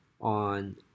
on